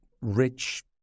rich